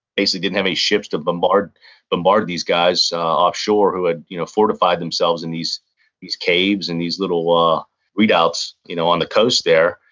basically didn't have any ships to bombard bombard these guys offshore who had you know fortified themselves in these these caves and these little read outs you know on the cost there,